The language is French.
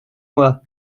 moi